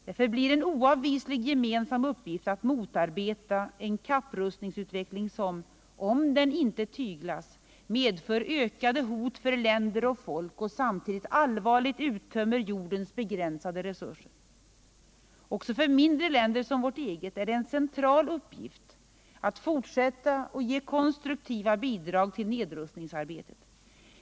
Det förblir en oavvislig gemensam uppgift att motarbeta en kapprustningsutveckling som, om den inte tyglas, medför ökade hot för länder och folk och samtidigt allvarligt uttömmer jordens begränsade resurser. Också för mindre länder som vårt eget är det en central uppgift att fortsätta att ge konstruktiva bidrag till nedrustningsarbetet.